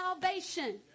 salvation